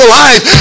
life